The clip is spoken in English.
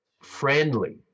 friendly